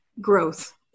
growth